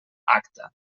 acta